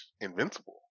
Invincible